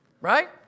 Right